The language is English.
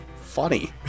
funny